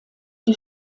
die